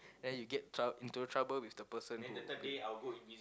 then you get trou~ into trouble with the person